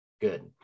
good